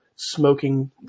smoking